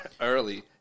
early